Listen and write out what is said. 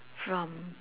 from